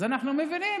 אז אנחנו מבינים.